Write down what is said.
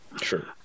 Sure